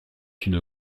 une